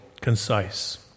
concise